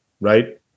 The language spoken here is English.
right